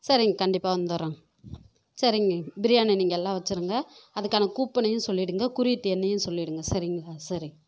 சரிங்க கண்டிப்பாக வந்துடறோம் சரிங்க பிரியாணி நீங்கள் எல்லா வெச்சுருங்க அதுக்கான கூப்பனையும் சொல்லிடுங்க குறியீட்டு எண்ணையும் சொல்லிடுங்க சரிங்களா சரி